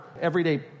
everyday